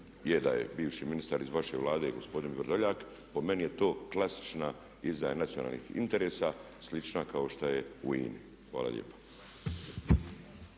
je da je bivši ministar iz vaše Vlade gospodin Vrdoljak po meni je to klasična izdaja nacionalnih interesa slična kao što je u INA-i. Hvala lijepa.